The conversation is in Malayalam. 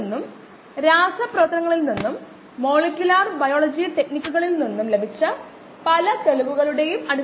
നമ്മൾ നേരത്തെ കണ്ട ബന്ധം ഉണ്ടാകുന്നത് പ്രായോഗിക കോശങ്ങളുടെ സാന്ദ്രത നിരക്കിൽ ഉള്ള കുറവ് നിലവിലുള്ള കോശങ്ങളുടെ സാന്ദ്രതക് നേരിട്ട് ആനുപാതികമാകുമ്പോഴാണ്